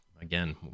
again